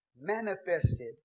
manifested